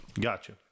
gotcha